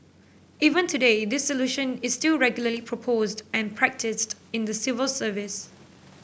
even today this solution is still regularly proposed and practised in the civil service